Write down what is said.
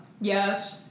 Yes